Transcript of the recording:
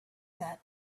that